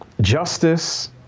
justice